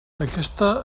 aquesta